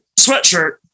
sweatshirt